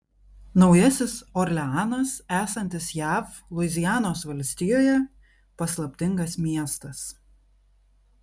naujasis orleanas esantis jav luizianos valstijoje paslaptingas miestas